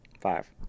five